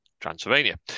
Transylvania